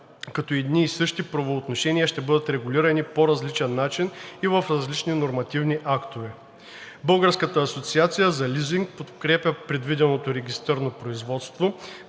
като едни и същи правоотношения ще бъдат регулирани по различен начин и в различни нормативни актове. Българската асоциация за лизинг подкрепя предвиденото регистърно производство,